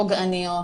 פוגעניות,